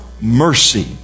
mercy